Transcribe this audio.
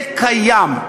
זה קיים.